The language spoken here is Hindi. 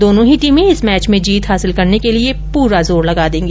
दोनों ही टीमें इस मैच में जीत हासिल करने के लिये पूरा जोर लगा देंगी